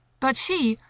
but she,